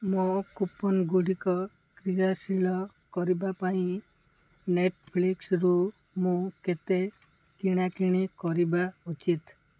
ମୋ କୁପନ୍ଗୁଡ଼ିକ କ୍ରିୟାଶୀଳ କରିବା ପାଇଁ ନେଟ୍ଫ୍ଲିକ୍ସ୍ରୁ ମୁଁ କେତେ କିଣାକିଣି କରିବା ଉଚିତ୍